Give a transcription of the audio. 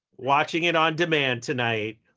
watching it on demand tonight,